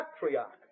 Patriarch